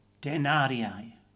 denarii